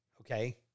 okay